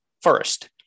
first